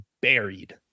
buried